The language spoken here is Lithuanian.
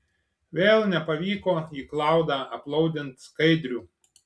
vėl nepavyko į klaudą aplaudint skaidrių